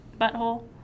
butthole